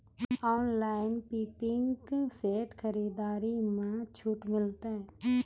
Online pumping set खरीदारी मे छूट मिलता?